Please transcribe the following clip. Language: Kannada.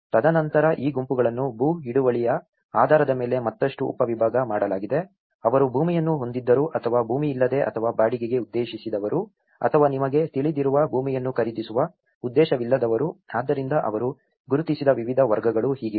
ತದನಂತರ ಈ ಗುಂಪುಗಳನ್ನು ಭೂ ಹಿಡುವಳಿಯ ಆಧಾರದ ಮೇಲೆ ಮತ್ತಷ್ಟು ಉಪವಿಭಾಗ ಮಾಡಲಾಗಿದೆ ಅವರು ಭೂಮಿಯನ್ನು ಹೊಂದಿದ್ದರೂ ಅಥವಾ ಭೂಮಿ ಇಲ್ಲದೆ ಅಥವಾ ಬಾಡಿಗೆಗೆ ಉದ್ದೇಶಿಸಿರುವವರು ಅಥವಾ ನಿಮಗೆ ತಿಳಿದಿರುವ ಭೂಮಿಯನ್ನು ಖರೀದಿಸುವ ಉದ್ದೇಶವಿಲ್ಲದವರು ಆದ್ದರಿಂದ ಅವರು ಗುರುತಿಸಿದ ವಿವಿಧ ವರ್ಗಗಳು ಹೀಗಿವೆ